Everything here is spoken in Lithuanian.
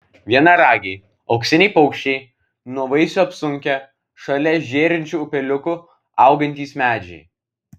vienaragiai auksiniai paukščiai nuo vaisių apsunkę šalia žėrinčių upeliukų augantys medžiai